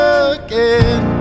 again